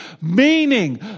Meaning